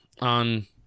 on